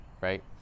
right